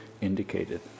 indicated